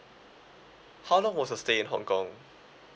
how long was your stay in hong kong